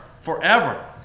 Forever